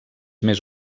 més